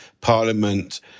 parliament